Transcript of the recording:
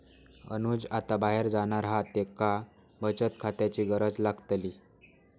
अनुज आता बाहेर जाणार हा त्येका बचत खात्याची गरज लागतली